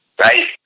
right